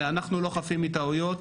אנחנו לא חפים מטעויות,